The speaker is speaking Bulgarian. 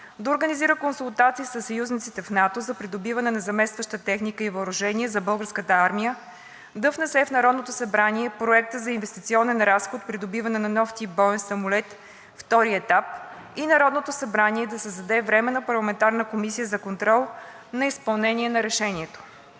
да организира консултации със съюзниците в НАТО за придобиване на заместваща техника и въоръжение за Българската армия, да внесе в Народното събрание Проекта за инвестиционен разход „Придобиване на нов тип боен самолет“ – втори етап, и Народното събрание да създаде временна парламентарна комисия за контрол на изпълнението на решението.